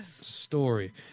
story